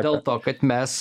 dėl to kad mes